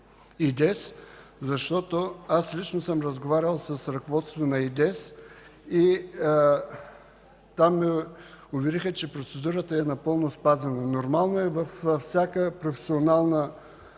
(ИДЕС), защото лично аз съм разговарял с ръководството на ИДЕС и ме увериха, че процедурата е напълно спазвана. Нормално е във всяка професионална организация